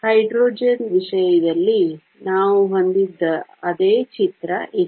hydrogen ವಿಷಯದಲ್ಲಿ ನಾವು ಹೊಂದಿದ್ದ ಅದೇ ಚಿತ್ರ ಇದು